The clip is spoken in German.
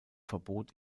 verbot